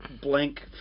blank